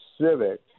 Civic